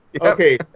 okay